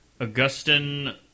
Augustin